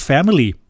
Family